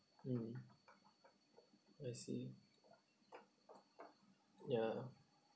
mm I see ya